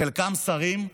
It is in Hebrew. חלקם שרים,